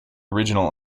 original